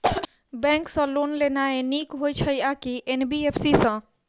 Bank सँ loan लेनाय नीक होइ छै आ की एन.बी.एफ.सी सँ?